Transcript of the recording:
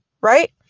right